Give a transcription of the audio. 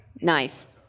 Nice